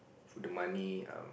money um